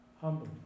Humble